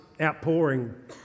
outpouring